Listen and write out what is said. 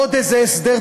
עוד איזה הסדר,